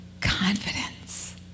confidence